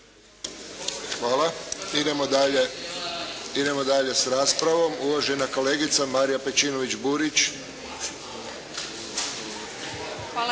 Hvala. Idem dalje s raspravom. Uvažena kolegica Marija Pejčinović Burić.